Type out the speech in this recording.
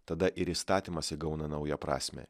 tada ir įstatymas įgauna naują prasmę